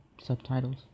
subtitles